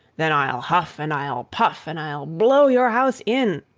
then i'll huff and i'll puff, and i'll blow your house in!